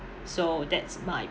so that's my